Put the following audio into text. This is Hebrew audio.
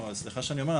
סליחה שאני אומר,